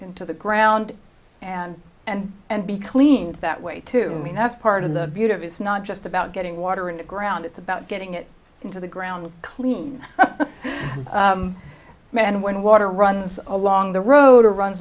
into the ground and and and be cleaned that way to me that's part of the beauty of it's not just about getting water in the ground it's about getting it into the ground clean and when water runs along the road or runs